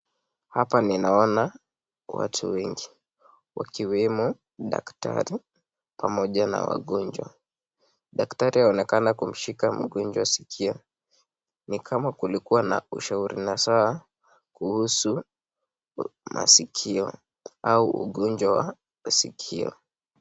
Hapa ninaona watu wengi, wakiwemo daktari pamoja na wagonjwa. Daktari anaonekana kumshika mgonjwa sikio ni kama kuliwana ushauri nasaha kuhusu masikio au ugonjwa wa sikio.